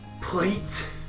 plate